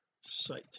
site